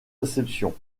réceptions